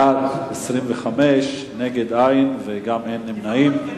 בעד, 25, נגד, אין, וגם אין נמנעים.